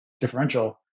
differential